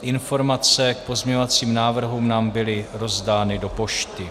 Informace k pozměňovacím návrhům nám byly rozdány do pošty.